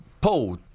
Paul